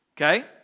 Okay